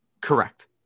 Correct